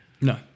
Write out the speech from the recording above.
No